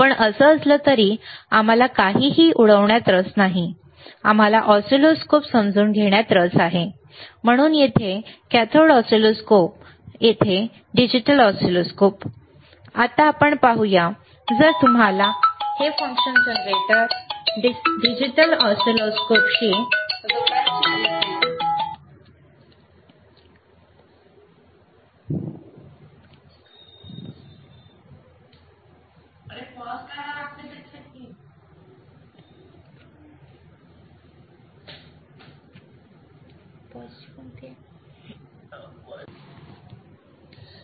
पण असं असलं तरी आम्हाला काहीही उडवण्यात रस नाही आम्हाला ऑसिलोस्कोप समजून घेण्यात रस आहे म्हणून येथे कॅथोड ऑसिलोस्कोप येथे डिजिटल ऑसिलोस्कोप